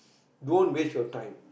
don't waste your time